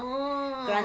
oh